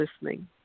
listening